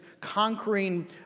conquering